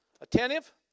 attentive